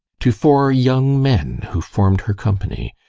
to four young men who formed her company.